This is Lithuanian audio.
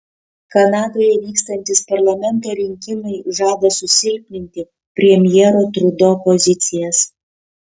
kanadoje vykstantys parlamento rinkimai žada susilpninti premjero trudo pozicijas